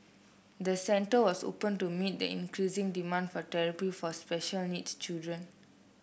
the centre was opened to meet that increasing demand for therapy for special needs children